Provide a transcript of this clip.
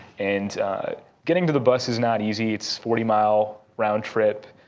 and getting to the bus is not easy. it's forty miles round trip.